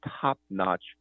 top-notch